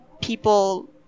people